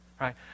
right